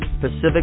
Pacific